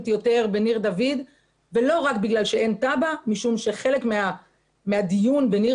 בניר דוד ולא רק בגלל שאין תב"ע אלא משום שחלק מהדיון בניר